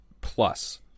plus